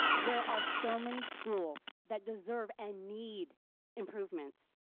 there are so many schools that deserve and need improvements.